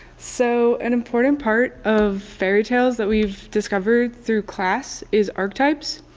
so, an important part of fairytales that we've discovered through class is archetypes,